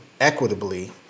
equitably